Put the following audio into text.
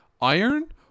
iron